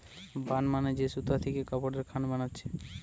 burn মানে যে সুতা থিকে কাপড়ের খান বানাচ্ছে